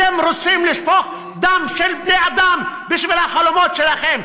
אתם רוצים לשפוך דם של בני אדם בשביל החלומות שלכם.